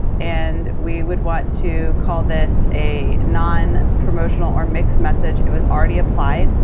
and we would want to call this a non-promotional or mixed message, it was already applied,